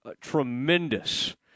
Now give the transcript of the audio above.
tremendous